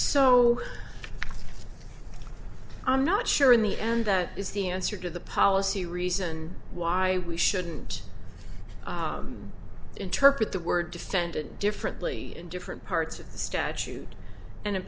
so i'm not sure in the end that is the answer to the policy reason why we shouldn't interpret the word defendant differently in different parts of the statute and